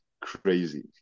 crazy